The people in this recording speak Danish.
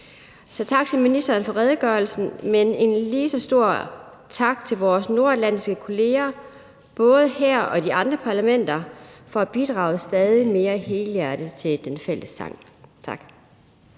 Så tak til ministeren for redegørelsen, men en lige så stor tak til vores nordatlantiske kolleger både her og i de andre parlamenter for at bidrage stadig mere helhjertet til den fælles sang. Tak.